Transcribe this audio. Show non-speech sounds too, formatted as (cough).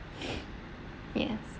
(breath) yes